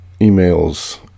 emails